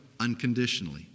unconditionally